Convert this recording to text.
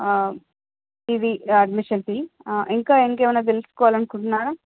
ఇది admission fee ఇంకా ఇంకేమైనా తెలుసుకోవాలనుకుంటున్నారా